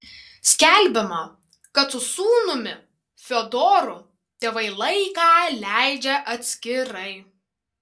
skelbiama kad su sūnumi fiodoru tėvai laiką leidžia atskirai